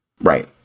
right